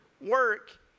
work